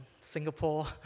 Singapore